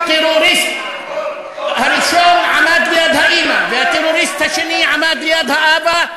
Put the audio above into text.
והטרוריסט הראשון עמד ליד האימא והטרוריסט השני עמד ליד האבא,